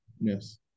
Yes